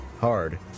Hard